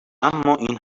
امااین